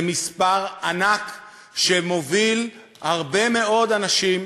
זה מספר ענק, שמוביל הרבה מאוד אנשים,